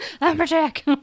lumberjack